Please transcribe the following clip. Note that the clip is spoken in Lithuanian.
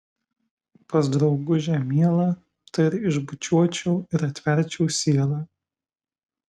pas draugužę mielą tai ir išbučiuočiau ir atverčiau sielą